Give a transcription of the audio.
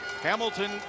Hamilton